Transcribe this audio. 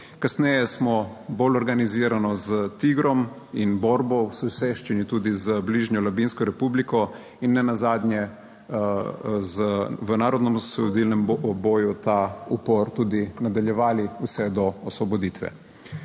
kasneje smo bolj organizirano s Tigrom in borbo v soseščini, tudi z bližnjo Labinsko republiko in ne nazadnje v narodnoosvobodilnem boju ta upor tudi nadaljevali vse do osvoboditve.